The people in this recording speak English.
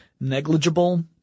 negligible